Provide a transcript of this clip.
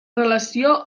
relació